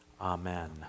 Amen